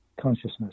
consciousness